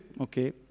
okay